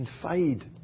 confide